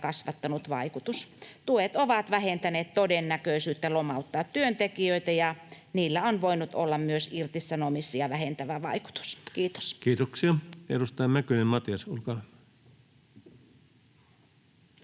kasvattanut vaikutus. Tuet ovat vähentäneet todennäköisyyttä lomauttaa työntekijöitä, ja niillä on voinut olla myös irtisanomisia vähentävä vaikutus. — Kiitos. [Speech 281] Speaker: